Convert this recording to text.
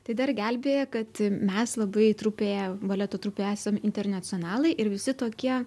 tai dar gelbėja kad mes labai trupėje baleto trupėj esam internacionalai ir visi tokie